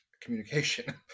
Communication